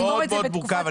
זה מאוד מאוד מורכב.